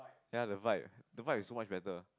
ya the flight the flight is so much better